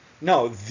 no